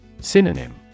Synonym